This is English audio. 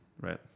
Right